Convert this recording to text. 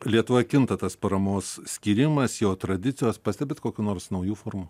lietuvoje kinta tas paramos skyrimas jo tradicijos pastebite kokių nors naujų formų